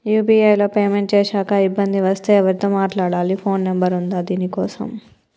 UPI లో payment చేశాక ఇబ్బంది వస్తే ఎవరితో మాట్లాడాలి? ఫోన్ నంబర్ ఉందా దీనికోసం?